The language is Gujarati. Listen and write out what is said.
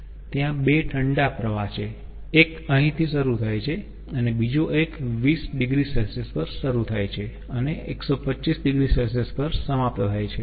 ત્યાં બે ઠંડા પ્રવાહ છે એક અહીંથી શરૂ થાય છે અને બીજો એક 20 oC પર શરૂ થાય છે અને 125 oC પર સમાપ્ત થાય છે